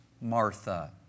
Martha